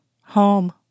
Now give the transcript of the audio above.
home